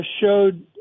showed